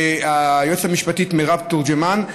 ליועצת המשפטית מירב תורג'מן,